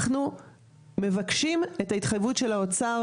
אנחנו מבקשים את ההתחייבות של האוצר,